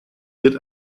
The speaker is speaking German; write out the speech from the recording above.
wird